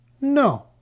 No